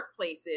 workplaces